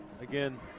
again